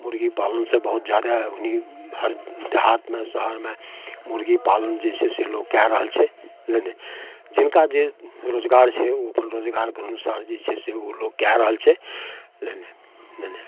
मुर्गी पालनसँ बहुत जादे अखनी हर देहातमे शहरमे मुर्गी पालन जे छै से लोग कए रहल छै नइ जिनका जे रोजगार छै ओ अपन रोजगारके अनुसार जे ओ लोग कए रहल छै नइ नइ नइ नइ